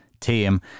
team